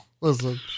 listen